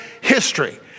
history